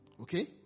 Okay